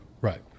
Right